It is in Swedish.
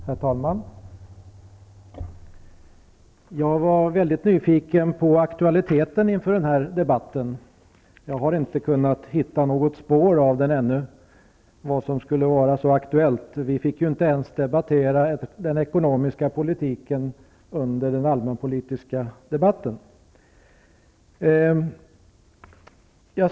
Herr talman! Jag var mycket nyfiken på aktualiteten inför denna debatt. Jag har inte kunnat hitta något spår av den ännu, av vad som skulle vara så aktuellt. Vi fick inte ens debattera den ekonomiska politiken under den allmänpolitiska debatten.